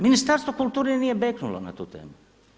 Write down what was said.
Ministarstvo kulture nije beknulo na tu temu.